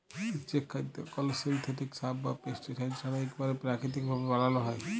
যে খাদ্য কল সিলথেটিক সার বা পেস্টিসাইড ছাড়া ইকবারে পেরাকিতিক ভাবে বানালো হয়